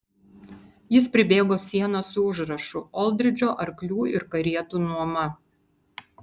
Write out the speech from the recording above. jis pribėgo sieną su užrašu oldridžo arklių ir karietų nuoma